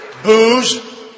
Booze